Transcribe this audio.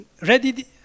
ready